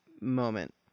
moment